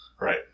Right